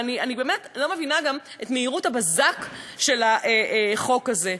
ואני באמת לא מבינה גם את מהירות הבזק של הבאת החוק הזה.